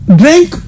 drink